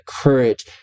courage